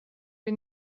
wir